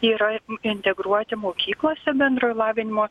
yra integruoti mokyklose bendrojo lavinimo